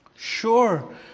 Sure